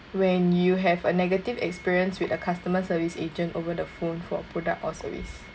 when you have a negative experience with a customer service agent over the phone for a product or service